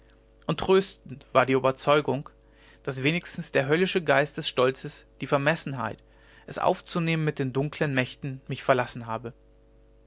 und tröstend war die oberzeugung daß wenigstens der höllische geist des stolzes die vermessenheit es aufzunehmen mit den dunklen mächten mich verlassen habe